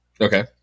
Okay